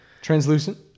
Translucent